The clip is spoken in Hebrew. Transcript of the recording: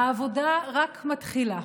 העבודה רק מתחילה.